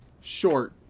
Short